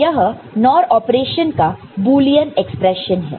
तो यह NOR operation का बुलियन एक्सप्रेशन है